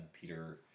Peter